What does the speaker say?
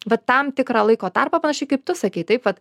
va tam tikrą laiko tarpą panašiai kaip tu sakei taip vat